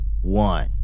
One